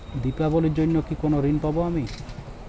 দীপাবলির জন্য কি কোনো ঋণ পাবো আমি?